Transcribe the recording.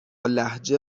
لهجه